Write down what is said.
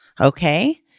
Okay